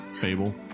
fable